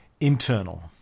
internal